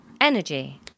Energy